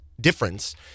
difference